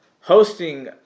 hosting